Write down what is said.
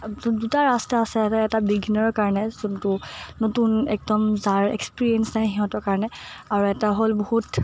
দুটা ৰাস্তা আছে এটা এটা বিগিনাৰৰ কাৰণে যোনটো নতুন একদম যাৰ এক্সপেৰিয়েঞ্চ নাই সিহঁতৰ কাৰণে আৰু এটা হ'ল বহুত